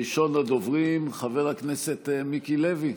ראשון הדוברים, חבר הכנסת מיקי לוי,